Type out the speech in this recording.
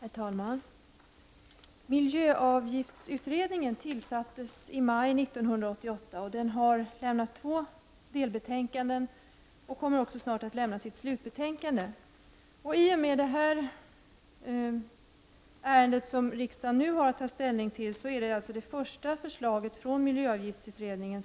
Herr talman! Miljöavgiftsutredningen tillsattes i maj 1988. Utredningen har lämnat två delbetänkanden, och den kommer snart att lämna sitt slutbetänkande. I det ärende som riksdagen nu har att ta ställning till behandlar vi det första förslaget från miljöavgiftsutredningen.